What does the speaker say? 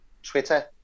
Twitter